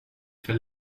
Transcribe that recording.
för